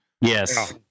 Yes